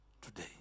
today